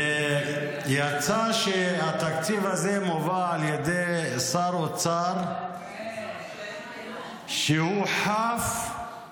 ויצא שהתקציב הזה מובא על ידי שר אוצר שהוא חף מכל דאגה